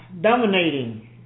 dominating